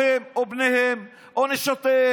או הם או בניהם או נשותיהם,